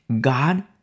God